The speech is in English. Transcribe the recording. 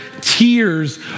tears